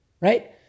right